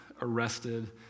arrested